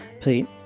Pete